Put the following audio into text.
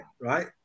right